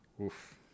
Oof